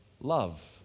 love